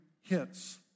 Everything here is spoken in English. hits